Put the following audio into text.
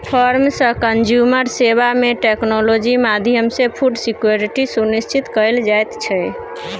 farm सँ consumer सेबा मे टेक्नोलॉजी माध्यमसँ फुड सिक्योरिटी सुनिश्चित कएल जाइत छै